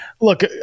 look